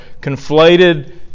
conflated